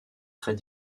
très